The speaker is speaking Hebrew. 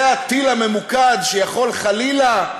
זה הטיל הממוקד שיכול, חלילה,